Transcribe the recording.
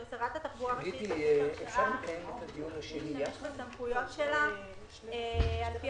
שרת התחבורה מבקשת הרשאה להשתמש בסמכויות שלה על פי